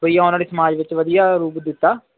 ਆਉਣ ਵਾਲੇ ਸਮਾਜ ਵਿੱਚ ਵਧੀਆ ਰੂਪ ਦਿੱਤਾ